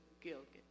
Gilgit